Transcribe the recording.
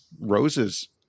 roses